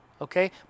Okay